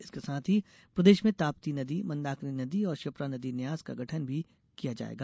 इसके साथ ही प्रदेश में ताप्ती नदी मंदाकिनी नदी और क्षिप्रा नदी न्यास का गठन भी किया जायेगा